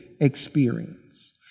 experience